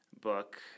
book